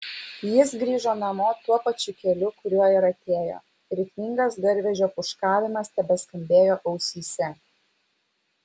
jis grįžo namo tuo pačiu keliu kuriuo ir atėjo ritmingas garvežio pūškavimas tebeskambėjo ausyse